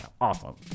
awesome